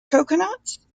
coconuts